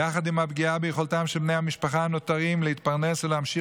יחד עם הפגיעה ביכולתם של בני המשפחה הנותרים להתפרנס ולהמשיך